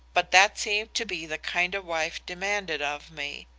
but that seemed to be the kind of wife demanded of me.